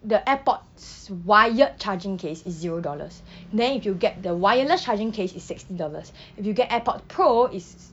the AirPod's wired charging case is zero dollars then if you get the wireless charging case is sixty dollars if you get AirPods Pro is